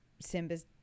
Simba's